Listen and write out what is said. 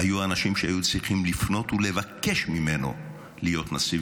היו אנשים שהיו צריכים לפנות ולבקש ממנו להיות נשיא,